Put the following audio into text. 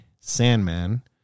Sandman